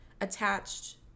attached